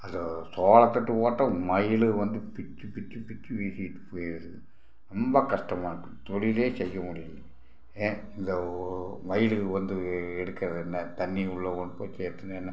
அது தோட்டதுக்கு தோட்டம் மயில் வந்து பிச்சு பிச்சு பிச்சு வீசிட்டுப் போயிடுது ரொம்ப கஷ்டமாக இருக்குது தொழிலே செய்ய முடியலை ஏன் இந்த ஒ மயிலுகள் வந்து எடுக்கிறது என்ன தண்ணி உள்ளே கொண்டு போய் சேர்த்துனா என்ன